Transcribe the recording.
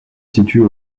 situe